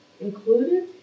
included